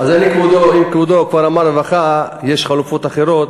אם כבודו כבר אמר רווחה, יש חלופות אחרות.